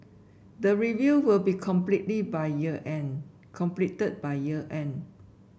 the review will be completely by year end completed by year end